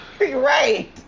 Right